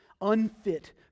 unfit